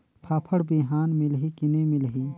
फाफण बिहान मिलही की नी मिलही?